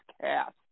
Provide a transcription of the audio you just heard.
Cast